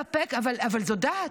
אבל זו דת.